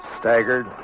staggered